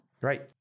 Right